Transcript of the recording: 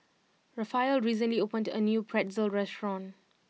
Raphael recently opened a new Pretzel restaurant